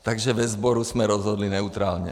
Takže ve sboru jsme rozhodli neutrálně.